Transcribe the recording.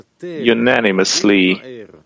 unanimously